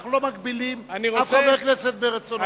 אנחנו לא מגבילים אף חבר כנסת ברצונותיו.